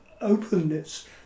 openness